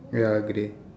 ya grey